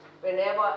whenever